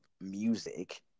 music